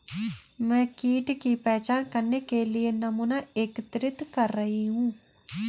मैं कीट की पहचान करने के लिए नमूना एकत्रित कर रही हूँ